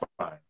fine